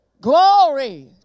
Glory